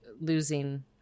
losing